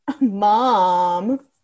Mom